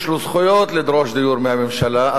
יש לו זכויות לדרוש דיור מהממשלה,